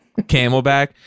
camelback